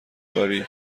کاری